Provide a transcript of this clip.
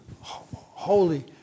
holy